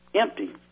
empty